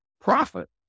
profit